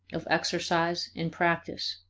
of exercise, and practice.